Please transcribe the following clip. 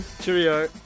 Cheerio